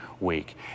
week